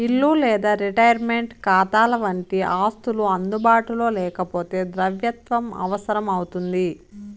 ఇల్లు లేదా రిటైర్మంటు కాతాలవంటి ఆస్తులు అందుబాటులో లేకపోతే ద్రవ్యత్వం అవసరం అవుతుంది